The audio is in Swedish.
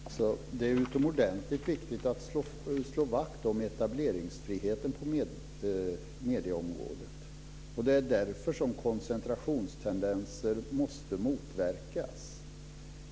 Fru talman! Det är utomordentligt viktigt att slå vakt om etableringsfriheten på medieområdet. Det är därför som koncentrationstendenser måste motverkas.